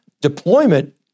deployment